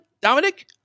Dominic